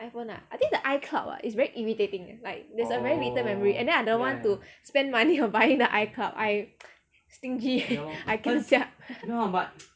iphone ah I think the icloud ah is very irritating like is a very little memory and then I don't want to spend money on buying the icloud I stingy I kiam siap